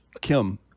Kim